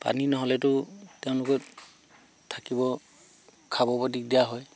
পানী নহ'লেতো তেওঁলোকে থাকিব খাব ব'ব দিগদাৰ হয়